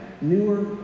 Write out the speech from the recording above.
newer